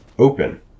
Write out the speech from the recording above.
open